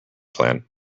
plan